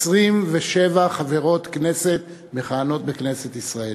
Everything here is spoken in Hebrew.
27 חברות כנסת מכהנות בכנסת ישראל.